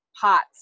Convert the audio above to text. pots